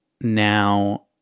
Now